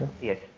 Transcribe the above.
Yes